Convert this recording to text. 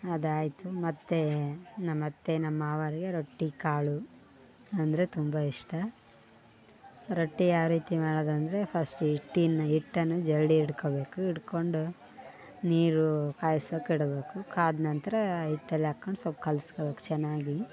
ಅದು ಆಯಿತು ಮತ್ತು ನಮ್ಮ ಅತ್ತೆ ನಮ್ಮಮಾವರಿಗೆ ರೊಟ್ಟಿ ಕಾಳು ಅಂದರೆ ತುಂಬ ಇಷ್ಟ ರೊಟ್ಟಿ ಯಾವ ರೀತಿ ಮಾಡೋದಂದರೆ ಫಸ್ಟಿ ಹಿಟ್ಟನ್ ಹಿಟ್ಟನ್ನು ಜರಡಿ ಹಿಡ್ಕೊಬೇಕು ಹಿಡ್ಕೊಂಡು ನೀರು ಕಾಯ್ಸೊಕ್ ಇಡಬೇಕು ಕಾದ ನಂತರ ಹಿಟ್ಟಲಾಕೊಂಡು ಸ್ವಲ್ಪ್ ಕಲಸ್ಕೊಬೇಕ್ ಚೆನ್ನಾಗಿ